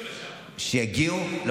שיגיעו לשם.